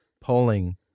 polling